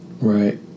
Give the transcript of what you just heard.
Right